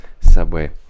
Subway